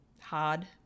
hard